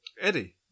Eddie